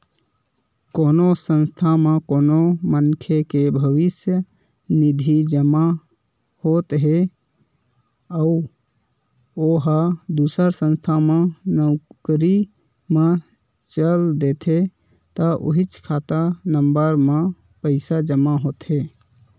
कोनो संस्था म कोनो मनखे के भविस्य निधि जमा होत हे अउ ओ ह दूसर संस्था म नउकरी म चल देथे त उहींच खाता नंबर म पइसा जमा होथे